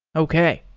okay.